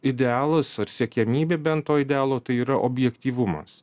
idealas ar siekiamybė bent to idealo tai yra objektyvumas